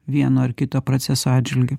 vieno ar kito proceso atžvilgiu